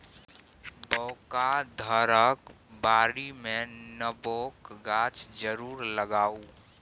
बौआ घरक बाडीमे नेबोक गाछ जरुर लगाउ